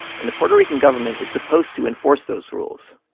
and the puerto rican government is supposed to enforce those rules.